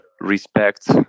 respect